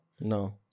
no